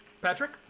Patrick